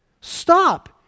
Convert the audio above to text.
Stop